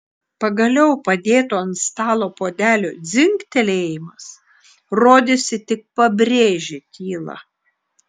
pagaliau padėto ant stalo puodelio dzingtelėjimas rodėsi tik pabrėžė tylą